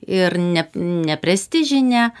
ir ne neprestižinė